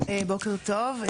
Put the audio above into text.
בוקר טוב,